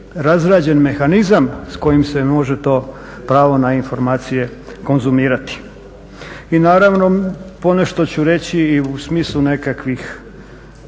razrađen mehanizam s kojim se može to pravo na informacije konzumirati. I naravno, ponešto ću reći i u smislu nekakvih,